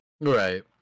Right